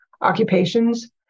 occupations